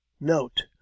Note